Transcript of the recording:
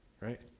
right